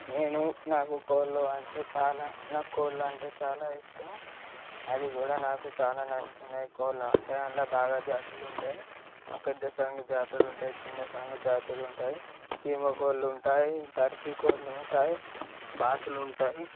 నేను నాకు కోళ్ళు అంటే చాలా నాకు కోళ్ళు అంటే చాలా ఇష్టం అది కూడా నాకు చాలా నచ్చుతున్నాయి కోళ్ళు అంటే అందులో బాగా జాతులు ఉంటాయి పెద్దసాంగు జాతులు ఉంటాయి చిన్నసాంగు జాతులు ఉంటాయి చీమకోళ్ళు ఉంటాయి టర్కీ కోళ్ళు ఉంటాయి బాతులు ఉంటాయి